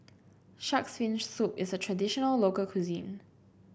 shark's fin soup is a traditional local cuisine